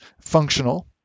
functional